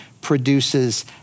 produces